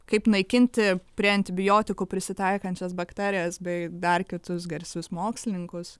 kaip naikinti prie antibiotikų prisitaikančias bakterijas bei dar kitus garsius mokslininkus